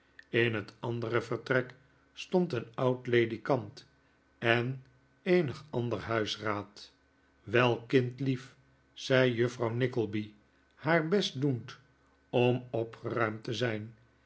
in het andere vertrek stond een oud ledikant en eenig ander huisraad wel kindlief zei juffrouw nickleby haar best doend om opgeruimd te zijn